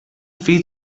fill